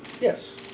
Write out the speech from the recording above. Yes